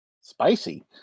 Spicy